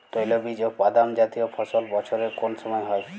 তৈলবীজ ও বাদামজাতীয় ফসল বছরের কোন সময় হয়?